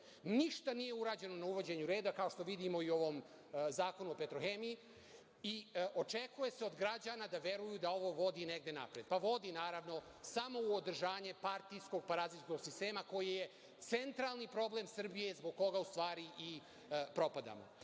ništa nije urađeno na uvođenju reda, kao što vidimo i u ovom zakonu o „Petrohemiji“. Očekuje se od građana da veruju da ovo vodi negde napred. Pa, vodi, naravno, samo u održanje partijskog parazitskog sistema koji je centralni problem Srbije, zbog koga u stvari i propadamo. Znači,